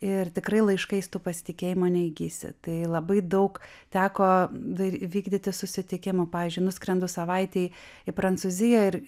ir tikrai laiškais tu pasitikėjimo neįgysi tai labai daug teko vykdyti susitikimų pavyzdžiui nuskrendu savaitei į prancūziją ir